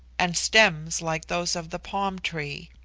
and stems like those of the palm-tree.